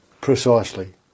Precisely